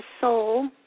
soul